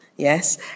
Yes